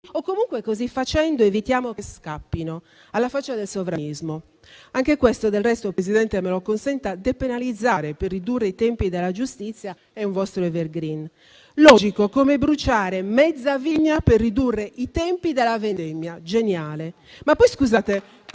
o comunque, così facendo, evitiamo che scappino. Alla faccia del sovranismo! Del resto, signor Presidente, anche questo depenalizzare per ridurre i tempi della giustizia è un vostro *evergreen*. Logico: come bruciare mezza vigna per ridurre i tempi della vendemmia. Geniale.